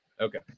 Okay